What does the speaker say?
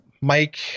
mike